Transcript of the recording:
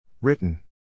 Written